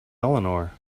eleanor